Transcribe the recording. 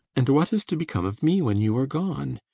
and what is to become of me when you are gone?